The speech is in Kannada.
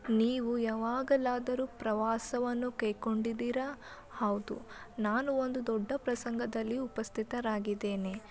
ನೀವು ಯಾವಾಗಲಾದರೂ ಪ್ರವಾಸವನ್ನು ಕೈಗೊಂಡಿದ್ದೀರಾ ಹೌದು ನಾನು ಒಂದು ದೊಡ್ಡ ಪ್ರಸಂಗದಲ್ಲಿ ಉಪಸ್ಥಿತರಾಗಿದ್ದೇನೆ